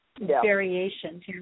variations